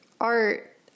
Art